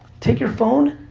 take your phone,